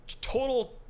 total